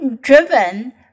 driven